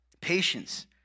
Patience